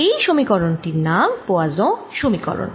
এই সমীকরণ টির নাম পোয়াসোঁ সমীকরণ